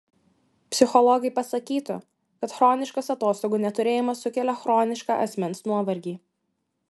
psichologai pasakytų kad chroniškas atostogų neturėjimas sukelia chronišką asmens nuovargį